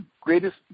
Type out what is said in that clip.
greatest